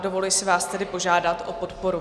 Dovoluji si vás tedy požádat o podporu.